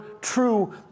true